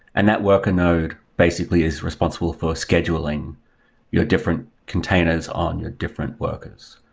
and that worker node basically is responsible for scheduling your different containers on your different workers.